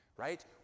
right